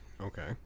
Okay